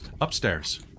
Upstairs